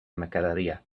mercaderia